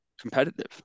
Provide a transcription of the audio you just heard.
competitive